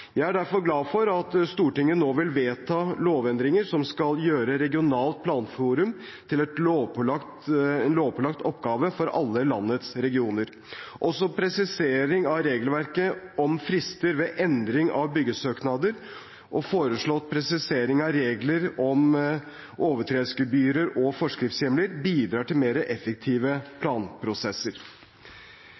Jeg er derfor glad for at Stortinget nå vil vedta lovendringer som skal gjøre regionalt planforum til en lovpålagt oppgave for alle landets regioner. Også presiseringen av regelverket om frister ved endring av byggesøknader og foreslått presisering av regler om overtredelsesgebyr og forskriftshjemler bidrar til mer effektive planprosesser.